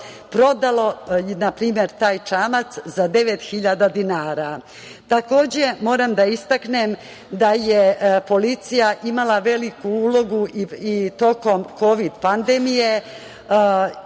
prodalo, na primer, taj čamac za devet hiljada dinara. Takođe, moram da istaknem da je policija imala veliku ulogu i tokom Kovid pandemije